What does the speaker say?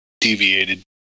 deviated